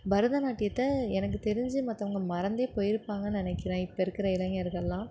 பரதநாட்டியத்தை எனக்கு தெரிஞ்சு மற்றவங்க மறந்தே போயி இருப்பாங்க நினைக்கிறேன் இப்போ இருக்கிற இளைஞர்கள்லாம்